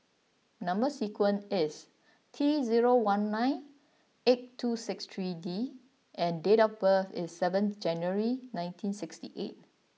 number sequence is T zero one nine eight two six three D and date of birth is seventh January nineteen sixty eight